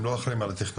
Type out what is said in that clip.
הם לא אחראים על התכנון,